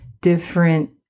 different